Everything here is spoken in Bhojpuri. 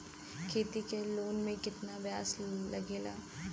खेती के लोन में कितना ब्याज लगेला?